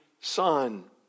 son